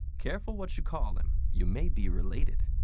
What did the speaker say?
careful what you call him. you may be related.